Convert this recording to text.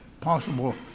possible